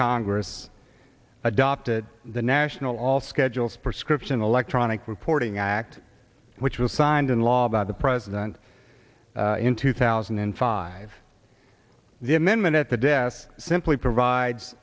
congress adopted the national all schedules prescription electronic reporting act which was signed into law by the president in two thousand and five the amendment at the desk simply provides